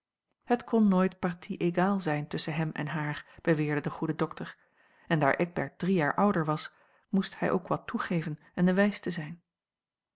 het kon nooit partie égale zijn tusschen hem en haar beweerde de goede dokter en daar eckbert drie jaar ouder was moest hij ook wat toegeven en de wijste zijn